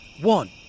One